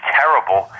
terrible